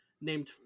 named